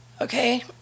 Okay